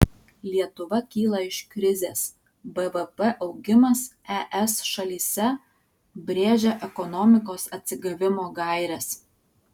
lietuva kyla iš krizės bvp augimas es šalyse brėžia ekonomikos atsigavimo gaires